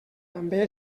també